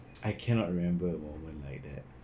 I cannot remember a moment like that